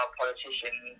politicians